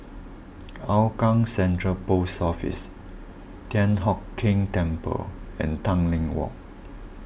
Hougang Central Post Office Thian Hock Keng Temple and Tanglin Walk